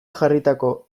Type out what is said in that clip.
jarritako